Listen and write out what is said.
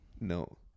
no